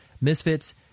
Misfits